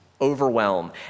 overwhelm